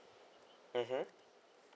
mmhmm